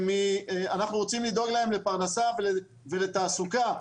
אנחנו רוצים לדאוג להם לפרנסה ולתעסוקה,